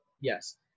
Yes